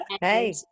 Hey